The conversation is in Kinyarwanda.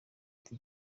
ati